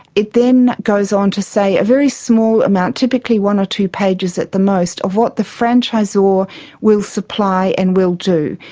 it then goes on to say a very small amount, typically one or two pages at the most, of what the franchisor will supply and will do.